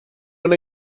una